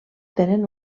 tenen